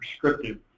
prescriptive